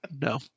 No